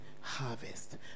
harvest